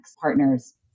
partners